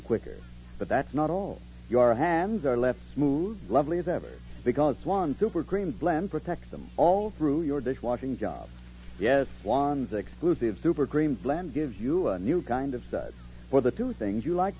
quicker but that's not all your hands are left smooth lovely as ever because one super green blend protects them all through your dishwashing job yes one's exclusive super green blend gives you a new kind of size for the two things you like